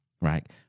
right